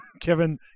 Kevin